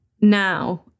now